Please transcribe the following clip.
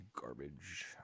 garbage